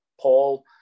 Paul